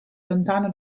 lontano